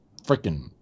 freaking